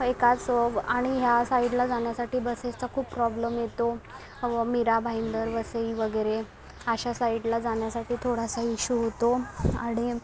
एका सोब आणि ह्या साइडला जाण्यासाठी बसेसचा खूप प्रॉब्लेम येतो मीरा भाईंदर वसई वगैरे अशा साइडला जाण्यासाठी थोडासा इश्यू होतो आणि